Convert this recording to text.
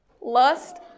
lust